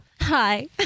hi